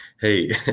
hey